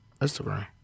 Instagram